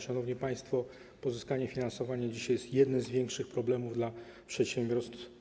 Szanowni państwo, pozyskanie finansowania dzisiaj jest jednym z większych problemów dla przedsiębiorstw.